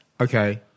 Okay